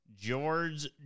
George